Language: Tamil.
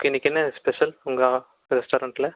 ஓகே இன்னிக்கு என்ன ஸ்பெஷல் உங்கள் ரெஸ்டாரண்ட்டில்